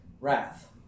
wrath